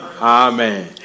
Amen